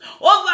over